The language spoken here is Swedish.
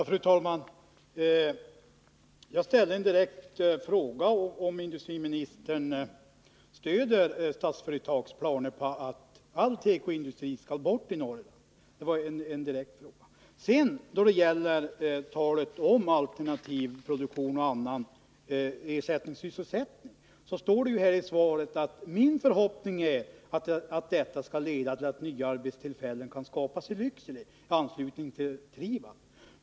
Fru talman! Jag ställde en direkt fråga, om industriministern stöder Statsföretags planer på att all tekoindustri skall bort i Norrland. Om alternativ produktion och annan ersättningssysselsättning står det i svaret: ”Min förhoppning är att detta skall leda till att nya arbetstillfällen kan skapas i Lycksele”, alltså i anslutning till Trivab.